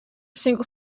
single